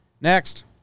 Next